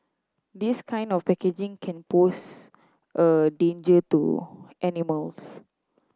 this kind of packaging can pose a danger to animals